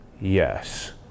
yes